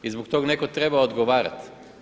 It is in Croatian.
I zbog tog netko treba odgovarati.